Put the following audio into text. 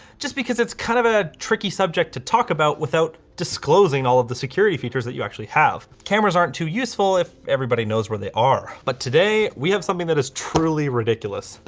just because it's kind of a tricky subject to talk about without disclosing all of the security features that you actually have. cameras aren't too useful if everybody knows where they are, but today we have something that is truly ridiculous.